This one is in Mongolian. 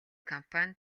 компани